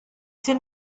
seen